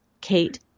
Kate